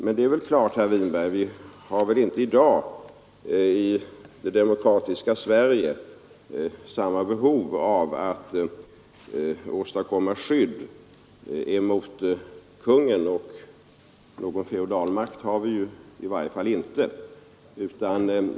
Men det är väl klart, herr Winberg, att vi inte i dag, i det demokratiska Sverige, har samma behov av att åstadkomma skydd emot kungen, och någon feodalmakt har vi i varje fall inte.